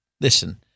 listen